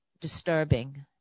disturbing